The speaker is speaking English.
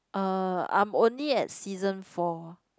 uh I'm only at season four